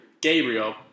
Gabriel